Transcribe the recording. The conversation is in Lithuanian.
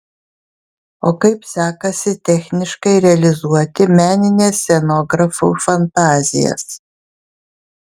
o kaip sekasi techniškai realizuoti menines scenografų fantazijas